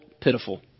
Pitiful